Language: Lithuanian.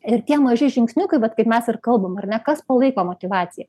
ir tie maži žingsniukai vat kaip mes ir kalbam ar ne kas palaiko motyvaciją